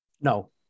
No